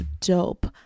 dope